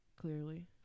clearly